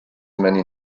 many